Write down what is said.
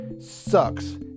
sucks